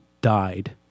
died